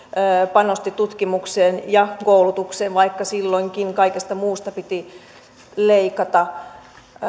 panosti tutkimukseen ja koulutukseen vaikka silloinkin kaikesta muusta piti leikata